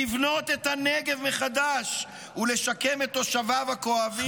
לבנות את הנגב מחדש ולשקם את תושביו הכואבים,